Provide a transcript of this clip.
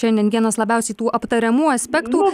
šiandien vienas labiausiai tų aptariamų aspektų